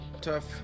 tough